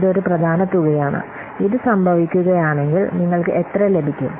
ഇത് ഒരു പ്രധാന തുകയാണ് ഇത് സംഭവിക്കുകയാണെങ്കിൽ നിങ്ങൾക്ക് എത്ര ലഭിക്കും